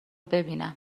ببینم